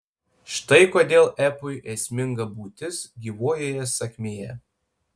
štai kodėl epui esminga būtis gyvojoje sakmėje